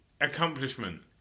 accomplishment